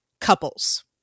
couples